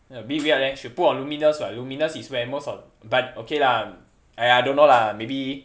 a bit weird leh should put on lumiNUS [what] lumiNUS is where most of but okay lah !aiya! don't know lah maybe